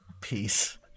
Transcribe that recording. Peace